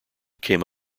came